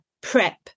PrEP